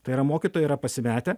tai yra mokytojai yra pasimetę